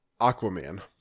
Aquaman